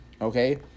Okay